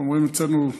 איך אומרים אצלנו?